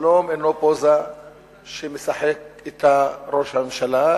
השלום אינו פוזה שמשחק אתה ראש הממשלה,